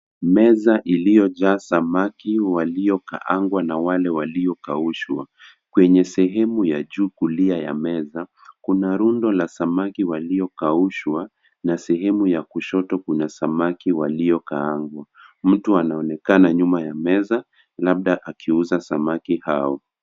Meza iliyojaa samaki waliokaangwa na wale waliokaushwa kwenye sehemu ya juu kulia ya meza kuna rundo la samaki waliokaushwa na sehemu ya kushoto kuna samaki waliokaangwa. Mtu anaonekana nyuma ya meza labda akiuza samaki hao.